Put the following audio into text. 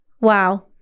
wow